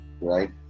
right